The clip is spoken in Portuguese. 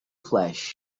flash